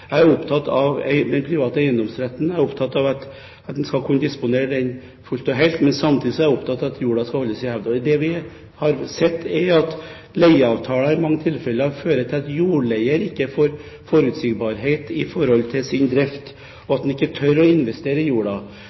Jeg er opptatt av den private eiendomsretten, og jeg er opptatt av at en skal kunne disponere eiendommen fullt og helt, men samtidig er jeg opptatt av at jorda skal holdes i hevd. Det vi har sett, er at leieavtaler i mange tilfeller fører til at jordleier ikke får forutsigbarhet i sin drift, og at han ikke tør å investere i jorda.